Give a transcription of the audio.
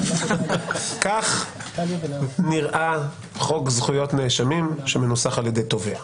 כך נראה חוק זכויות נאשמים שמנוסח על ידי תובע.